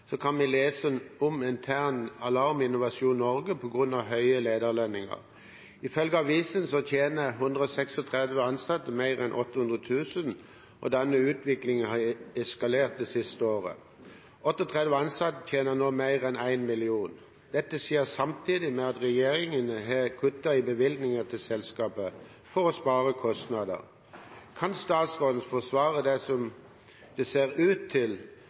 Innovasjon Norge på grunn av høye lederlønninger. Ifølge avisen tjener 136 ansatte mer enn 800 000 kr, og denne utviklingen har eskalert det siste året. 38 ansatte tjener nå mer enn 1 mill. kr. Dette skjer samtidig med at regjeringen har kuttet i bevilgningen til selskapet for å spare kostnader. Kan statsråden forsvare det som ser ut til